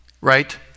right